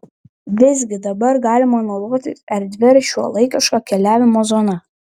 visgi dabar galima naudotis erdvia ir šiuolaikiška keliavimo zona